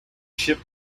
ship